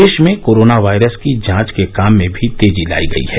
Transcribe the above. देश में corona virus की जांच के काम में भी तेजी लाई गई है